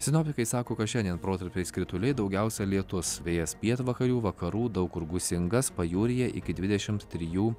sinoptikai sako kad šiandien protarpiais krituliai daugiausia lietus vėjas pietvakarių vakarų daug kur gūsingas pajūryje iki dvidešimt trijų